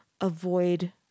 avoid